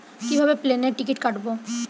কিভাবে প্লেনের টিকিট কাটব?